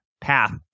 Path